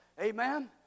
Amen